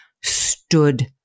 stood